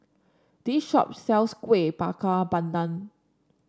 this shop sells Kuih Bakar Pandan